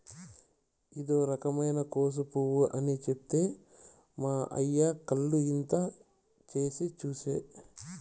ఇదో రకమైన కోసు పువ్వు అని చెప్తే మా అయ్య కళ్ళు ఇంత చేసి చూసే